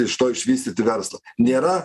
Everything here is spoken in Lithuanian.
iš to išvystyti verslą nėra